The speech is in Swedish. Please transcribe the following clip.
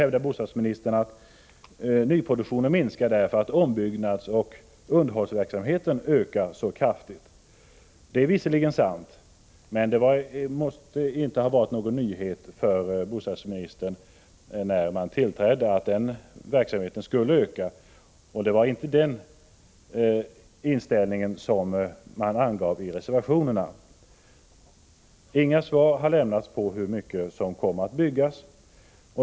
Bostadsministern hävdar att nyproduktionen minskar därför att ombyggnadsoch underhållsverksamheten ökar så kraftigt. Det är visserligen sant, men att den verksamheten skulle öka kan inte ha varit någon nyhet för bostadsministern när han tillträdde. Det var inte heller den inställningen som kom till uttryck i reservationerna. Inget svar har lämnats på frågan om hur mycket som kommer att byggas.